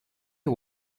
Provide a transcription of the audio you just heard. who